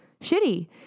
shitty